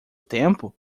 tempo